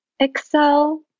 Excel